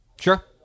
Sure